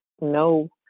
no